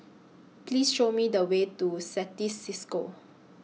Please Show Me The Way to Certis CISCO